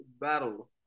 battle